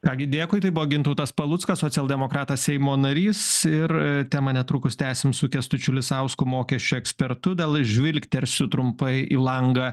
ką gi dėkuj tai buvo gintautas paluckas socialdemokratas seimo narys ir temą netrukus tęsim su kęstučiu lisausku mokesčių ekspertu dar žvilgtelsiu trumpai į langą